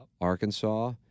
Arkansas